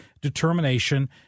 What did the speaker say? determination